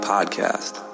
Podcast